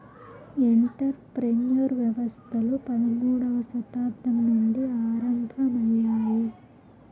enter ప్రెన్యూర్ వ్యవస్థలు పదమూడవ శతాబ్దం నుండి ఆరంభమయ్యాయి